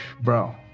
Bro